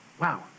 wow